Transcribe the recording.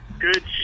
Good